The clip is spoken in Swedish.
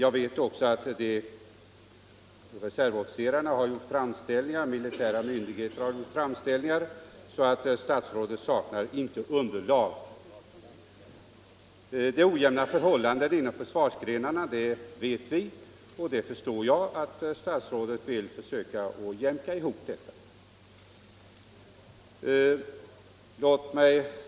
Jag vet också i enlighet med vad statsrådet anförde att reservofficerarna har gjort framställningar och att militära myndigheter har gjort hemställan om åtgärder så herr statsrådet saknar inte underlag. Det ojämna förhållandet mellan försvarsgrenarna känner vi till, och vi förstår att herr statsrådet vill försöka jämka ihop detta.